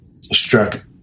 struck